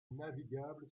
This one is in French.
navigable